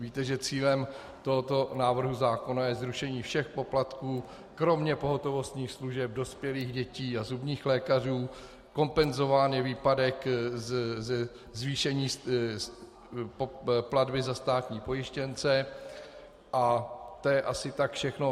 Víte, že cílem tohoto návrhu zákona je zrušení všech poplatků kromě pohotovostních služeb dospělých, dětí a zubních lékařů, kompenzován je výpadek zvýšení platby za státní pojištěnce a to je asi tak všechno.